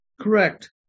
Correct